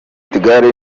portugal